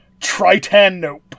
Tritanope